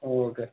okay